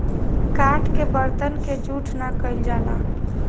काठ के बरतन के जूठ ना कइल जाला